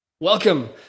Welcome